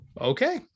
okay